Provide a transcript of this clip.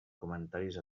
comentaris